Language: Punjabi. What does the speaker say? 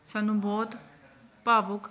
ਸਾਨੂੰ ਬਹੁਤ ਭਾਵੁਕ